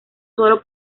solo